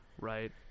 right